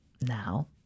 now